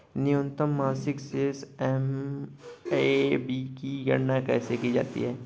न्यूनतम मासिक शेष एम.ए.बी की गणना कैसे की जाती है?